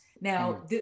Now